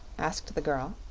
asked the girl.